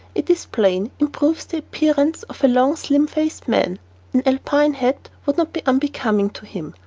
it is plain, improves the appearance of the long, slim-faced man. an alpine hat would not be unbecoming to him,